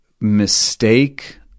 mistake